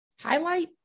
highlight